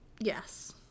Yes